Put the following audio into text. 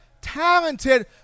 talented